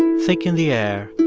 and thick in the air,